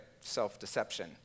self-deception